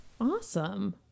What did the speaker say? awesome